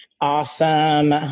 awesome